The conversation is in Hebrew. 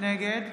נגד